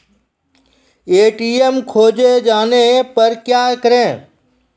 ATM खोजे जाने पर क्या करें?